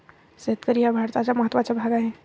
शेतकरी हा भारताचा महत्त्वाचा भाग आहे